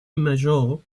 major